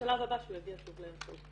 השלב הבא שהוא הגיע שוב להרצוג.